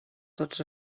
tots